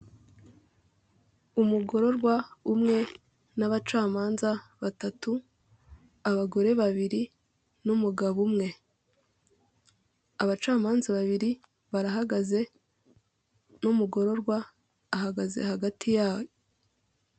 Umugororwa umwe n'abacamanza batatu abagore babiri ngabo umwe, abacamanza babiri barahagaze n'umugororwa ahagaze hagati yabo.